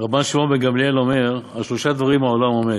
"רבן שמעון בן גמליאל אומר: על שלושה דברים העולם עומד"